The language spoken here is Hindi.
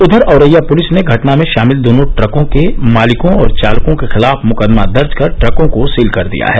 उधर औरैया पुलिस ने घटना में शामिल दोनों ट्रकों के मालिकों और चालकों के खिलाफ मुकदमा दर्ज कर ट्रकों को सील कर दिया है